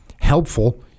helpful